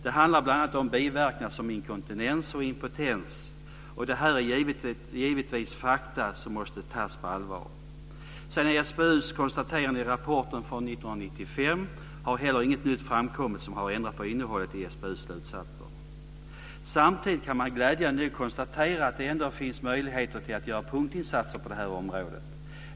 Det handlar bl.a. om biverkningar som inkontinens och impotens. Det här är givetvis fakta som måste tas på allvar. Sedan SBU:s konstateranden i rapporten från 1995 har heller inget nytt framkommit som har ändrat på innehållet i SBU:s slutsatser. Samtidigt kan man glädjande nog konstatera att det ändå finns möjligheter till att göra punktinsatser på det här området.